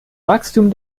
wachstum